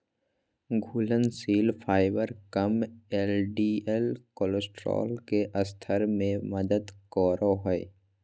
घुलनशील फाइबर कम LDL cholesterol के स्तर में मदद करो हइ